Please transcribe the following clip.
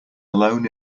alone